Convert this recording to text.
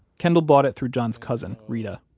kendall bought it through john's cousin, reta.